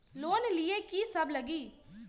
Loan लिए की सब लगी?